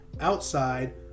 outside